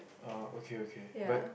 uh okay okay but